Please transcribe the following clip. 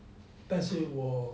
但是我